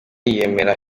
yemera